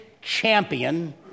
champion